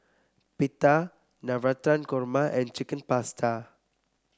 Pita Navratan Korma and Chicken Pasta